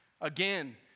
Again